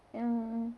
ya